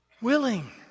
willing